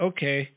Okay